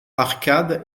arcade